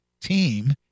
team